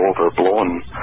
overblown